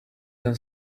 than